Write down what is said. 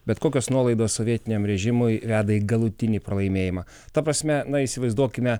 bet kokios nuolaidos sovietiniam režimui veda į galutinį pralaimėjimą ta prasme na įsivaizduokime